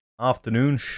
afternoon